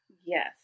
Yes